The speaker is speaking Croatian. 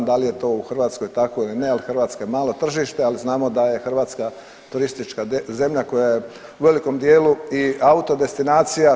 Dal je to u Hrvatskoj ili ne, ali Hrvatska je malo tržište, ali znamo da je Hrvatska turistička zemlja koja je u velikom dijelu i auto destinacija.